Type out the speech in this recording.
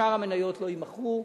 שאר המניות לא יימכרו.